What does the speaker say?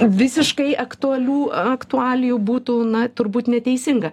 visiškai aktualių aktualijų būtų na turbūt neteisinga